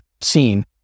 seen